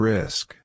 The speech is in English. Risk